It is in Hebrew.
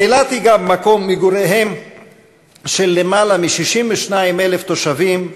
אילת היא גם מקום מגוריהם של יותר מ-62,000 תושבים,